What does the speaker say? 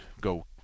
go